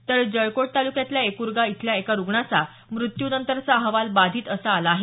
तर जळकोट तालुक्यातल्या एकुरगा इथंल्या एका रुग्णाचा मृत्यूनंतरचा अहवाल बाधित असा आला आहे